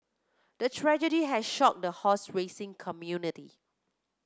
the tragedy had shocked the horse racing community